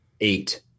eight